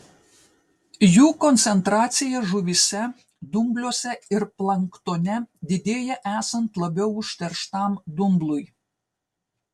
jų koncentracija žuvyse dumbliuose ir planktone didėja esant labiau užterštam dumblui